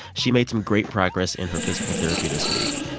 she made some great progress in her physical therapy this week.